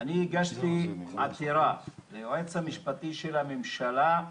באים ומחפשים את אותם האנשים בטענה שיש מלמעלה פיקוח,